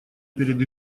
перед